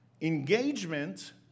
Engagement